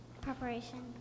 preparation